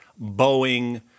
Boeing